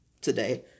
today